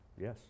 Yes